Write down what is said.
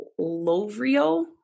lovrio